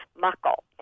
Muckle